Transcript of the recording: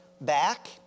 back